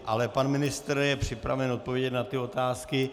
Ale pan ministr je připraven odpovědět na otázky.